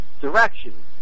direction